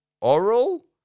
oral